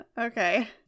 Okay